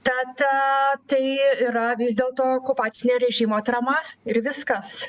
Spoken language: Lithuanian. tad tai yra vis dėlto okupacinio režimo atrama ir viskas